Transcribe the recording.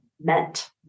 meant